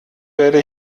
werde